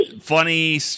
funny